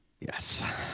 Yes